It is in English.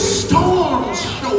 storms